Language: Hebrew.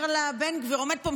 ובן גביר עומד פה,